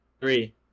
three